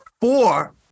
four